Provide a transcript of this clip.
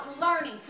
learning